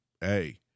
hey